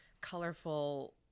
colorful